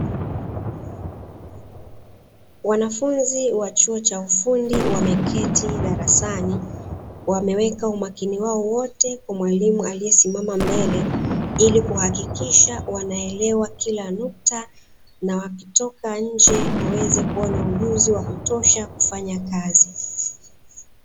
Wanafunzi wa chuo cha ufundi wameketi darasani wameweka umakini wao wote kwa mwalimu aliesimama mbele ili kuhakikisha wanaelewa kila nukta na wakitoka nje waweze kuwa na ujuzi wa kutosha kufanya kazi.